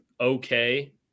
okay